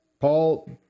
Paul